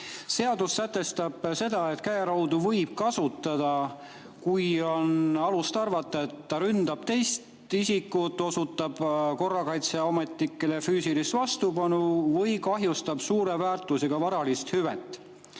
Seadus sätestab, et käeraudu võib kasutada, kui on alust arvata, et ta ründab teist isikut, osutab korrakaitseametnikele füüsilist vastupanu või kahjustab suure väärtusega varalist hüvet,